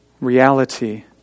reality